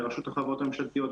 לרשות החברות הממשלתיות,